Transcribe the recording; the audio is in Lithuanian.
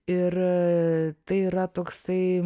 ir tai yra toksai